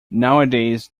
nowadays